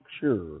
sure